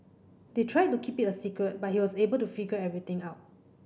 they tried to keep it a secret but he was able to figure everything out